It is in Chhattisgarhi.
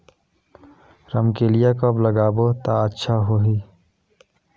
रमकेलिया कब लगाबो ता अच्छा होही?